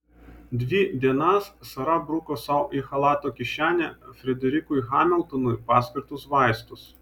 dvi dienas sara bruko sau į chalato kišenę frederikui hamiltonui paskirtus vaistus